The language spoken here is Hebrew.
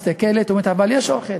מסתכלת ואומרת: אבל יש אוכל.